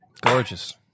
Gorgeous